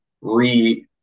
re